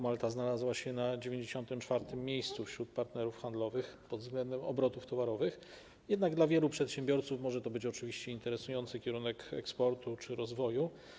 Malta znalazła się na 94. miejscu wśród partnerów handlowych pod względem obrotów towarowych, jednak dla wielu przedsiębiorców może to być oczywiście interesujący kierunek eksportu czy rozwoju.